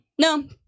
no